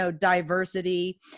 diversity